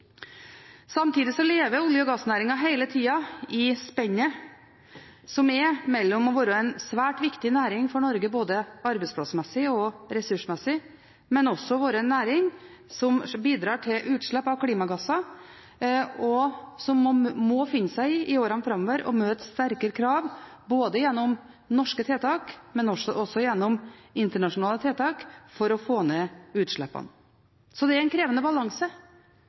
Samtidig lever olje- og gassnæringen hele tiden i spennet mellom å være en svært viktig næring for Norge, både arbeidsplassmessig og ressursmessig, og å være en næring som bidrar til utslipp av klimagasser, og som i årene framover må finne seg i å møte sterkere krav både gjennom norske tiltak og også gjennom internasjonale tiltak for å få ned utslippene. Så det er en krevende balanse